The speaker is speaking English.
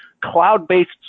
cloud-based